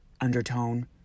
undertone